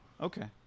Okay